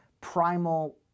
primal